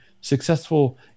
successful